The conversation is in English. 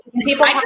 people